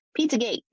Pizzagate